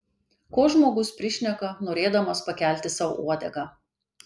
ko žmogus prišneka norėdamas pakelti sau uodegą